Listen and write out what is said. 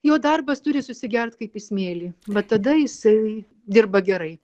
jo darbas turi susigert kaip į smėlį vat tada jisai dirba gerai